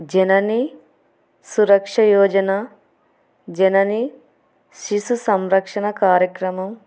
జనని సురక్షయోజన జనని శిశు సంరక్షణ కార్యక్రమం